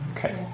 Okay